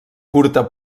curta